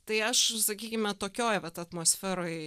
tai aš sakykime tokioj vat atmosferoj